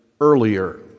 earlier